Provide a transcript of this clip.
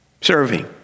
serving